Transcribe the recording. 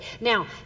Now